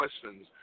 questions